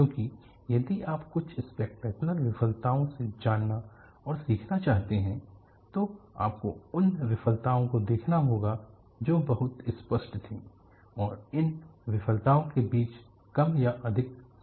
क्योंकि यदि आप कुछ स्पैक्टैक्युलर विफलताओं से जानना और सीखना चाहते हैं तो आपको उन विशेषताओं को देखना होगा जो बहुत स्पष्ट थीं और इन विफलताओ के बीच कम या अधिक समानता थी